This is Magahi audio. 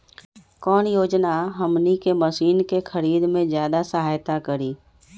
कौन योजना हमनी के मशीन के खरीद में ज्यादा सहायता करी?